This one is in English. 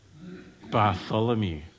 Bartholomew